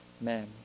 men